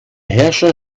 herrscher